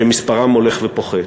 שמספרם הולך ופוחת.